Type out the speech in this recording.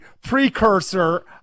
precursor